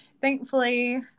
Thankfully